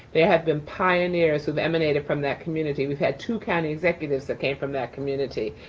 they have been pioneers who have emanated from that community. we've had two county executives that came from that community.